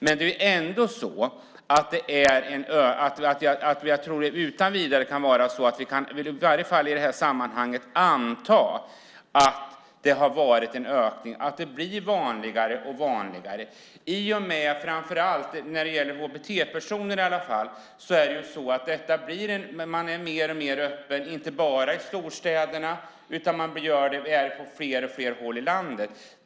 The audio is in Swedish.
Men jag tror ändå att vi i det här sammanhanget kan anta att det har varit en ökning och att det blir vanligare och vanligare. HBT-personer blir mer och mer öppna, inte bara i storstäderna utan också på fler och fler håll i landet.